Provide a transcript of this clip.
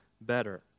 better